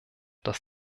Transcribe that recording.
dass